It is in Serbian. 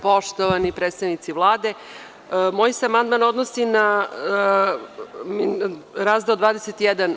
Poštovani predstavnici Vlade, moj se amandman odnosi na Razdeo 21.